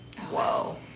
Whoa